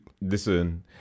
Listen